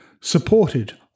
supported